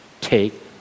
take